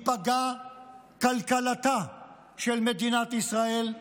תיפגע כלכלתה של מדינת ישראל,